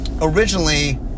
Originally